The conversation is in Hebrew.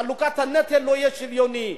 חלוקת הנטל לא תהיה שוויונית,